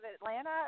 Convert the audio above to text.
Atlanta